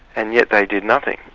and yet they did nothing.